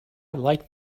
like